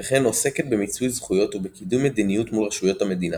וכן עוסקת במיצוי זכויות ובקידום מדיניות מול רשויות המדינה